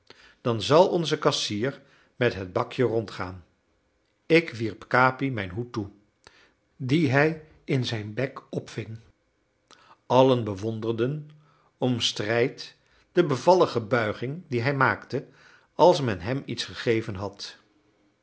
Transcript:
dan zal onze kassier met het bakje rondgaan ik wierp capi mijn hoed toe dien hij in zijn bek opving allen bewonderden om strijd de bevallige buiging die hij maakte als men hem iets gegeven had